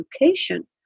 education